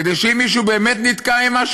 כדי שאם מישהו באמת נתקע עם משהו,